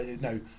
no